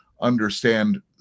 understand